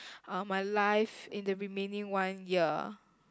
um my life in the remaining one year